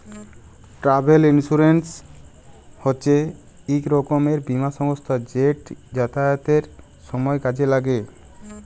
travel insurance হছে ইক রকমের বীমা ব্যবস্থা যেট যাতায়াতের সময় কাজে ল্যাগে